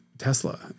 Tesla